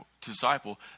disciple